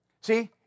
See